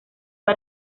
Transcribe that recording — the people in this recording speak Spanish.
fue